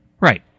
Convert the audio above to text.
Right